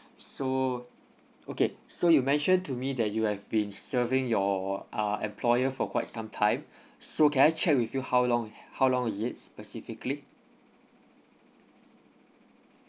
so okay so you mentioned to me that you have been serving your uh employer for quite some time so can I check with you how long how long is it specifically